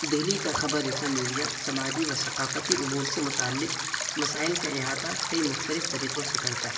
دہلی کا خبر رساں میڈیا سماجی و ثقافتی امور سے متعلق مسائل کا احاطہ کئی مختلف طریقوں سے کرتا ہے